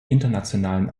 internationalen